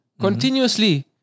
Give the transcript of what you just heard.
continuously